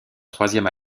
troisième